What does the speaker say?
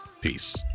Peace